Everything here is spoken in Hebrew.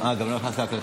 אה, גם לא נכנס להקלטות?